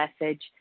message